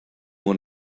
one